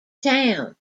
town